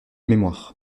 mémoire